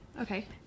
Okay